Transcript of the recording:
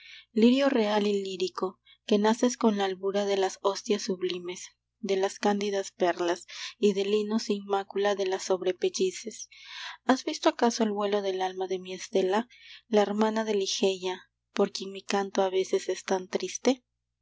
lirio real y lírico que naces con la albura de las hostias sublimes de las cándidas perlas y del lino sin mácula de las sobrepellices has visto acaso el vuelo del alma de mi stella la hermana de ligeia por quien mi canto a veces es tan triste